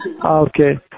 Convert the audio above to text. Okay